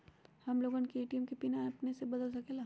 हम लोगन ए.टी.एम के पिन अपने से बदल सकेला?